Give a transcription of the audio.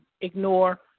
ignore